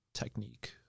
Technique